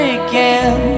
again